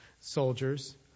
soldiers